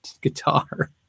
guitar